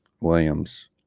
williams